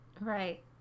Right